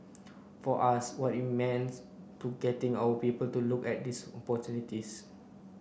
for us what it means to getting our people to look at this opportunities